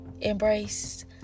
embrace